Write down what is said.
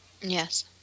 Yes